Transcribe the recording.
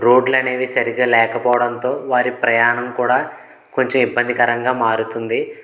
రోడ్లనేవి సరిగ్గా లేకపోవడంతో వారి ప్రయాణం కూడా కొంచెం ఇబ్బందికరంగా మారుతుంది